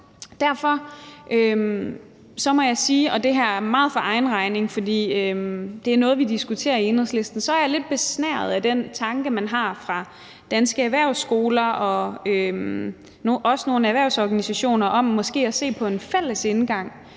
jeg er lidt besnæret af den tanke, man har hos Danske Erhvervsskoler og -Gymnasier og hos nogle erhvervsorganisationer, om måske at se på en fælles indgang